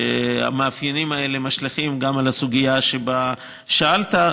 שהמאפיינים האלה משליכים גם על הסוגיה שבה שאלת,